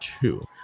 two